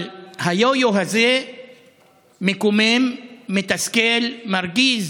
אבל היו-יו הזה מקומם, מתסכל, מרגיז,